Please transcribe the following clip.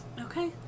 Okay